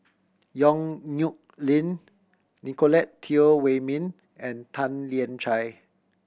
Yong Nyuk Lin Nicolette Teo Wei Min and Tan Lian Chye